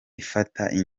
ifata